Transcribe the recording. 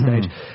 stage